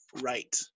right